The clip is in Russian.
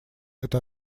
это